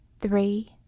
three